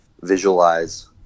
visualize